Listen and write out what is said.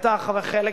סליחה.